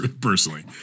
personally